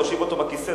להושיב אותו בכיסא,